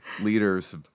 leaders